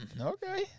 Okay